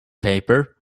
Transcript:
paper